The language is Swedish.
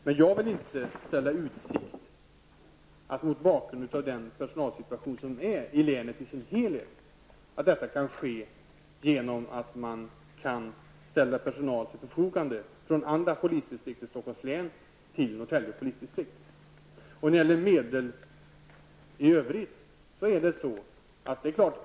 Jag vill emellertid inte ställa i utsikt att man mot bakgrund av personalsituationen i länet i helhet kan ställa personal till förfogande från andra polisdistrikt i Stockholms län till Norrtälje polisdistrikt.